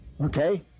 Okay